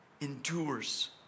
endures